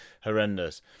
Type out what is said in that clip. horrendous